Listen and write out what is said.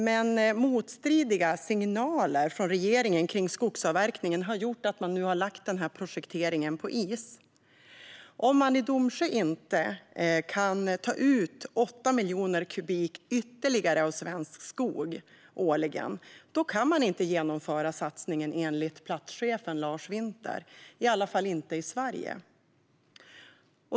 Men motstridiga signaler från regeringen när det gäller skogsavverkningen har gjort att man nu har lagt projekteringen på is. Om man i Domsjö inte kan ta ut 8 miljoner kubik ytterligare av svensk skog årligen kan man, enligt platschefen Lars Winter, inte genomföra satsningen, i alla fall inte i Sverige.